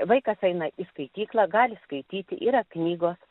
vaikas eina į skaityklą gali skaityti yra knygos